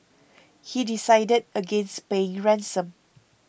he decided against paying ransom